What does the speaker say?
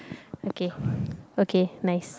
okay okay nice